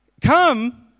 come